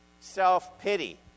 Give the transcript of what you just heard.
self-pity